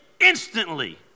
instantly